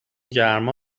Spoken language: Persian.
گرما